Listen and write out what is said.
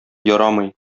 ярамый